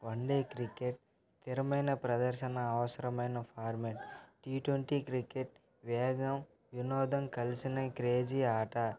one day cricket స్థిరమైన ప్రదర్శన అవసరమైన ఫార్మెట్ టీ ట్వంటీ క్రికెట్ వేగం వినోదం కలిసిన క్రేజీ ఆట